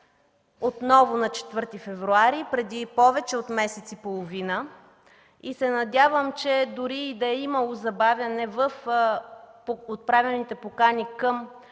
отново на 4 февруари, преди повече от месец и половина. Надявам се, че дори и да е имало забавяне в отправените покани към